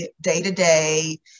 day-to-day